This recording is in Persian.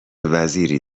وزیری